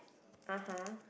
(uh huh)